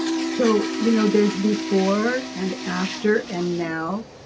so you know there's before and after and now,